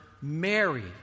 Mary